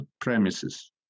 premises